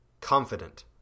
Confident